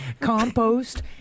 compost